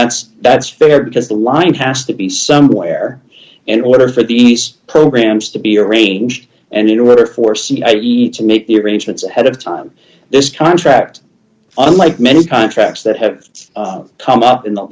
that's that's fair because the line has to be somewhere in order for these programs to be arranged and in order for cie to make the arrangements ahead of time this contract unlike many contracts that have come up in the